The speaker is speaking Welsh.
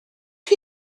chi